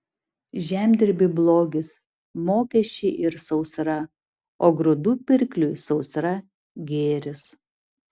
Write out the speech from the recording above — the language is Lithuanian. žemdirbiui blogis mokesčiai ir sausra o grūdų pirkliui sausra gėris